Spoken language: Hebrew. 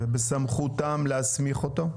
ובסמכותם להסמיך אותו?